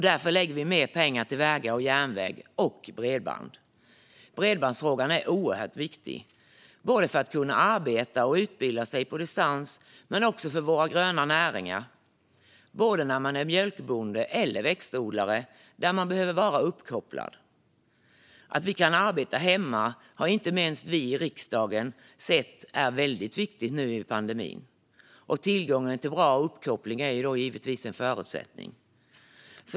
Därför lägger vi mer pengar till vägar, järnväg och bredband. Bredbandsfrågan är oerhört viktig, både för att kunna arbeta och utbilda sig på distans och för våra gröna näringar, oavsett om man är mjölkbonde eller växtodlare, där man behöver vara uppkopplad. Att vi kan arbeta hemma har inte minst vi i riksdagen sett är väldigt viktigt nu under pandemin, och tillgång till bra uppkoppling är då givetvis en förutsättning.